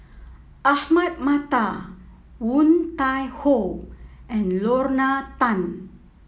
Ahmad Mattar Woon Tai Ho and Lorna Tan